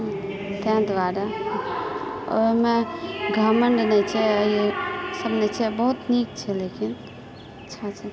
ताहि दुआरे ओहिमे घमण्ड नहि छै ई सभ नहि छै बहुत नीक छै लेकिन अच्छा छै